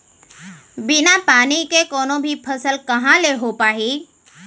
बिना पानी के कोनो भी फसल कहॉं ले हो पाही?